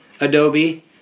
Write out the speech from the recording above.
Adobe